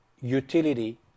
utility